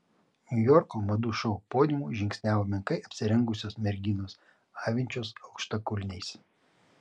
niujorko madų šou podiumu žingsniavo menkai apsirengusios merginos avinčios aukštakulniais